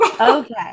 Okay